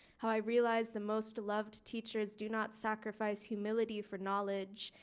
how i realized the most beloved teachers do not sacrifice humility for knowledge.